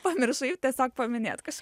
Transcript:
pamiršai tiesiog paminėt kažk